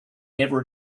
never